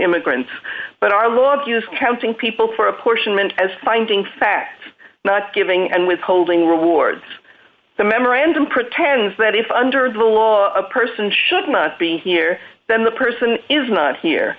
immigrant but our laws use counting people for apportionment as finding facts not giving and withholding rewards the memorandum pretends that if under the law a person should not be here then the person is not he